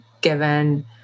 given